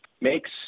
makes